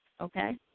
okay